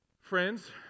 friends